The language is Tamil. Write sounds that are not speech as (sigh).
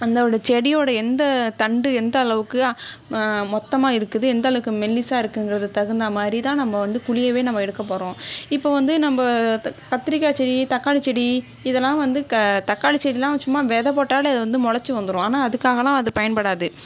அந்த (unintelligible) செடியோடைய எந்த தண்டு எந்தளவுக்கு மொத்தமாக இருக்குது எந்தளவுக்கு மெலிசாக இருக்குங்கிறது தகுந்தா மாதிரிதான் நம்ம வந்து குழியவே நம்ம எடுக்க போறோம் இப்போ வந்து நம்ப கத்ரிக்காய் செடி தக்காளி செடி இதெல்லாம் வந்து க தக்காளி செடி எல்லாம் சும்மா வித போட்டாலே அது வந்து முளச்சி வந்துரும் ஆனால் அதுக்காகலாம் அது பயன்படாது